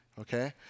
okay